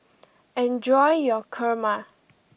enjoy your Kurma